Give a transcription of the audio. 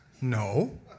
No